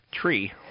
tree